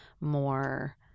more